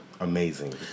Amazing